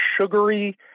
sugary